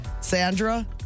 Sandra